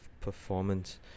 performance